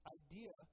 idea